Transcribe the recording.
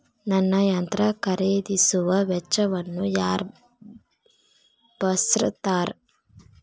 ನನ್ನ ಯಂತ್ರ ಖರೇದಿಸುವ ವೆಚ್ಚವನ್ನು ಯಾರ ಭರ್ಸತಾರ್?